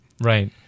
Right